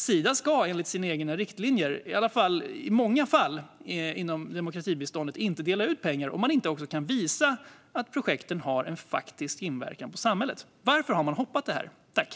Sida ska enligt sina egna riktlinjer i åtminstone många fall inom demokratibiståndet inte dela ut pengar om det inte går att visa att projekten har faktisk inverkan på samhället. Varför har man hoppat över det?